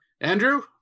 andrew